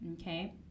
Okay